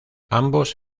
ambos